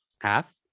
Half